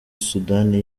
sudani